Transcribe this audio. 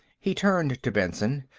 he turned to benson.